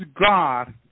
God